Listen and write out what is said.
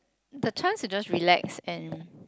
the chance to just relax and